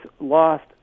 lost